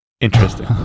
interesting